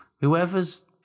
whoever's